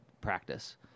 practice